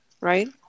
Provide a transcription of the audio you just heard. right